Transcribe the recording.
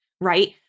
right